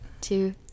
two